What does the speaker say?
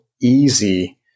easy